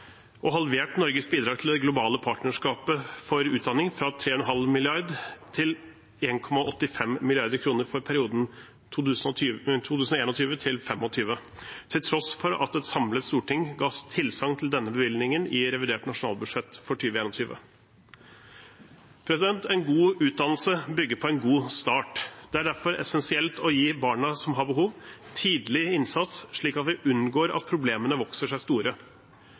og halvert Norges bidrag til Det globale partnerskapet for utdanning, fra 3,5 mrd. kr til 1,85 mrd. kr for perioden 2021–2025, til tross for at samlet storting gav tilsagn til denne bevilgningen i revidert nasjonalbudsjett for 2021. En god utdannelse bygger på en god start. Det er derfor essensielt å gi barna som har behov, tidlig innsats slik at vi unngår at problemene vokser seg store.